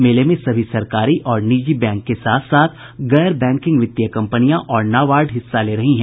मेले में सभी सरकारी और निजी बैंक के साथ साथ गैर बैंकिंग वित्तीय कंपनियां और नाबार्ड हिस्सा ले रही हैं